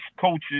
coaches